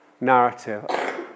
narrative